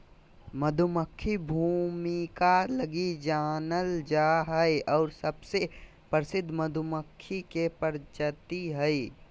मधुमक्खी भूमिका लगी जानल जा हइ और सबसे प्रसिद्ध मधुमक्खी के प्रजाति हइ